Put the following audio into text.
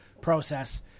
process